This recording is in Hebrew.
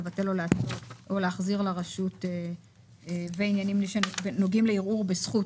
לבטל או להחזיר לרשות בעניינים שנוגעים לערעור בזכות.